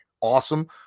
awesome